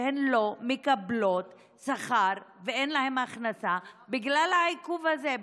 הן לא מקבלות שכר ואין להן הכנסה בגלל העיכוב הזה,